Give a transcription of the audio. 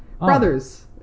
Brothers